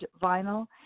vinyl